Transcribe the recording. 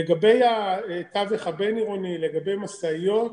לגבי התווך הבין עירוני, לגבי משאיות,